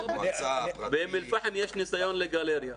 באום אל פאחם יש ניסיון לגלריה.